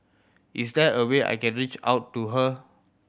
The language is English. is there a way I can reach out to her